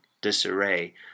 disarray